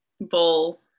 bull